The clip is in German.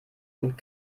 und